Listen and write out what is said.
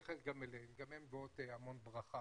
אני אתייחס גם אליהן, גם הן מביאות המון ברכה.